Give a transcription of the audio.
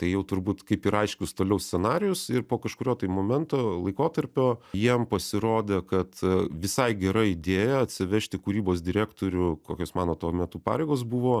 tai jau turbūt kaip ir aiškus toliau scenarijus ir po kažkurio tai momento laikotarpio jiem pasirodė kad visai gera idėja atsivežti kūrybos direktorių kokios mano tuo metu pareigos buvo